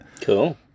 cool